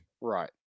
Right